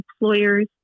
employers